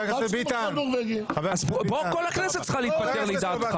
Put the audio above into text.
לדעתך כל הכנסת צריכה להתפטר.